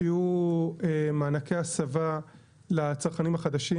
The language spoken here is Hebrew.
שיהיו מענקי הסבה לצרכנים החדשים.